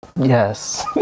Yes